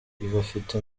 bafite